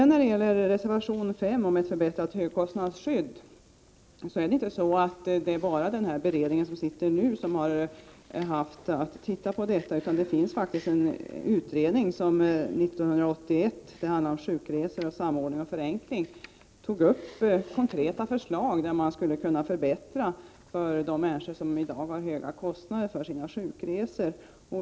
När det gäller reservation 5 om ett förbättrat högkostnadsskydd vill jag framhålla att det inte bara är den beredning som nu sitter som har studerat denna fråga. Det finns en utredning från 1981, Sjukresor — Samordning och förenkling, som har tagit upp konkreta förslag för att förbättra för de människor som i dag har höga kostnader för sina sjukresor.